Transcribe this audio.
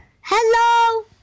hello